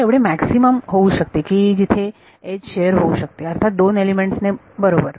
तर हे एवढे मॅक्सिमम होऊ शकते की जिथे एज शेअर होऊ शकते अर्थात 2 एलिमेंट्स ने बरोबर